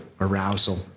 arousal